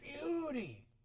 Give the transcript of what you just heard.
beauty